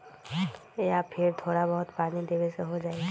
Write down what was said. या फिर थोड़ा बहुत पानी देबे से हो जाइ?